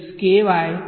વિદ્યાર્થી